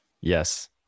Yes